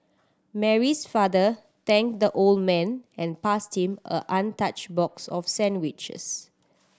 Mary's father thanked the old man and passed him a an untouched box of sandwiches